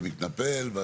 הוא צועק ומתנפל.